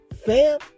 fam